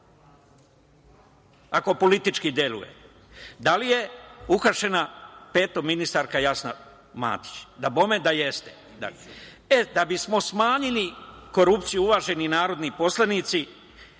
ako politički deluje. Peto, da li je uhapšena ministarka Jasna Matić? Dabome da jeste. Da bismo smanjili korupciju uvaženi narodni poslanici,